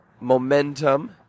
momentum